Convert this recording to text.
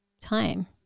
time